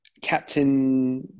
captain